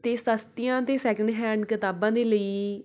ਅਤੇ ਸਸਤੀਆਂ ਅਤੇ ਸੈਕਿੰਡ ਹੈਂਡ ਕਿਤਾਬਾਂ ਦੇ ਲਈ